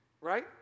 right